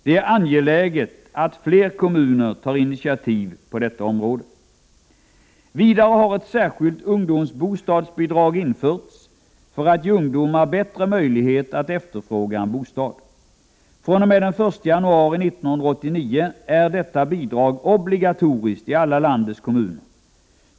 Det är angeläget att fler kommuner tar initiativ på detta område. Vidare har ett särskilt ungdomsbostadsbidrag införts för att ge ungdomar bättre möjlighet att efterfråga en bostad. fr.o.m. den 1 januari 1989 är detta bidrag obligatoriskt i alla landets kommuner.